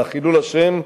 על חילול השם,